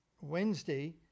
Wednesday